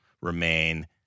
remain